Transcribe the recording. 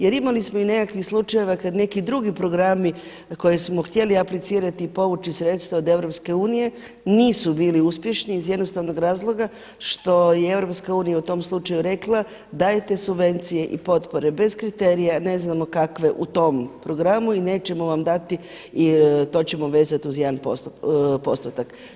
Jer imali smo i nekakvih slučajeva kad neki drugi programi koje smo htjeli aplicirati i povući sredstva od EU nisu bili uspješni iz jednostavnog razloga što je EU u tom slučaju rekla dajte subvencije i potpore bez kriterija ne znamo kakve u tom programu i nećemo vam dati i to ćemo vezati uz jedan postotak.